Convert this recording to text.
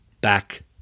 back